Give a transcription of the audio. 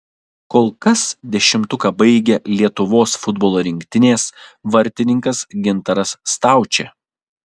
kol kas dešimtuką baigia lietuvos futbolo rinktinės vartininkas gintaras staučė